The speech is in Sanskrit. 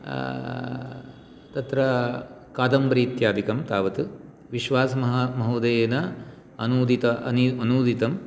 तत्र कादम्बरी इत्यादिकं तावत विश्वास् महोदयेन अनूदितं